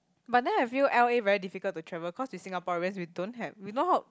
but then I feel L_A very difficult to travel cause we Singaporeans we don't have we know how